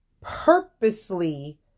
purposely